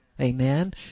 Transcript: Amen